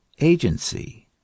agency